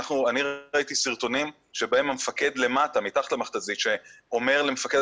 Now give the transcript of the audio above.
אני ראיתי סרטונים שבהם המפקד למטה מתחת למכת"זית שאומר למפעיל